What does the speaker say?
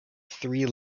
three